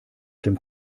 dem